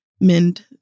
mend